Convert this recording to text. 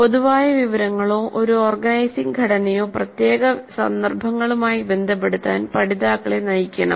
പൊതുവായ വിവരങ്ങളോ ഒരു ഓർഗനൈസിംഗ് ഘടനയോ പ്രത്യേക സന്ദർഭങ്ങളുമായി ബന്ധപ്പെടുത്താൻ പഠിതാക്കളെ നയിക്കണം